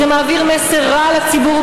זה מעביר מסר רע לציבור,